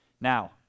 Now